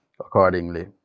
accordingly